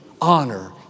honor